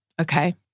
Okay